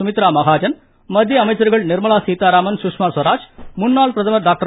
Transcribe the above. சுமித்ரா மகாஜன் மத்திய அமைச்சர்கள் நிர்மலா சீதாராமன் சுஷ்மா ஸ்வராஜ் முன்னாள் பிரதமர் டாக்டர்